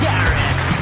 Garrett